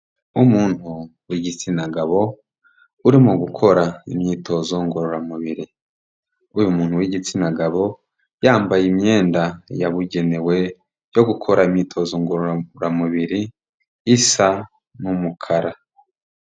Umuntu w'igitsina gabo urimo gukora imyitozo ngororamubiri, uyu muntu w'igitsina gabo yambaye imyenda yabugenewe yo gukora imyitozo ngororamburamubiri isa numukara.